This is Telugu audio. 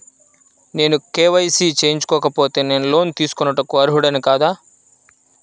నేను కే.వై.సి చేయించుకోకపోతే నేను లోన్ తీసుకొనుటకు అర్హుడని కాదా?